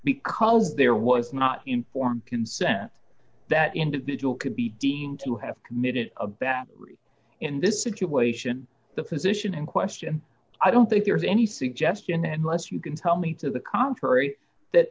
because there was not informed consent that individual could be deemed to have committed a battery in this situation the physician in question i don't think there's any suggestion unless you can tell me to the contrary that